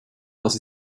das